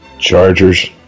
Chargers